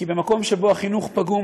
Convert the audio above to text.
כי במקום שבו החינוך פגום,